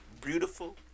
beautiful